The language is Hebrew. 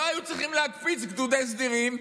לא היו צריכים להקפיץ גדודי סדירים,